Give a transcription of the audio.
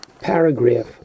paragraph